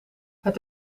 het